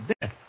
death